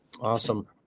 Awesome